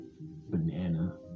banana